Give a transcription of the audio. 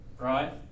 right